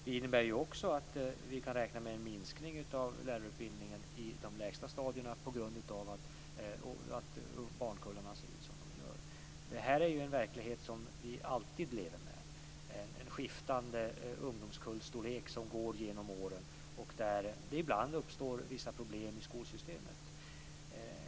Det innebär också att vi kan räkna med en minskning av lärarutbildningen i de lägsta stadierna på grund av att barnkullarna ser ut som de gör. Detta är en verklighet som vi alltid lever med, dvs. skiftade storlekar på ungdomskullarna genom åren. Ibland uppstår det vissa problem i skolsystemet beroende på detta.